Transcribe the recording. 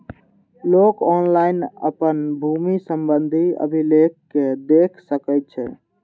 लोक ऑनलाइन अपन भूमि संबंधी अभिलेख कें देख सकै छै